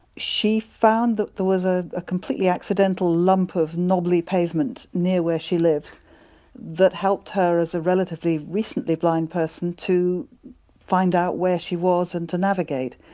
she found that there was ah a completely accidental lump of knobbly pavement near where she lived that helped her as a relatively recently blind person to find out where she was and to navigate.